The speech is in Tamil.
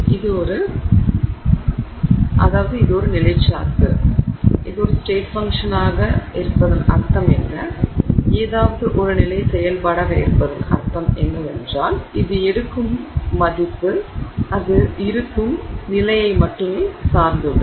இது ஒரு ஒரு ஸ்டேட் ஃபங்ஷன் state function - நிலை சார்பு இருப்பதன் அர்த்தம் என்ன ஏதாவது ஒரு நிலை செயல்பாடாக இருப்பதன் அர்த்தம் என்னவென்றால் அது எடுக்கும் மதிப்பு அது இருக்கும் நிலையை மட்டுமே சார்ந்துள்ளது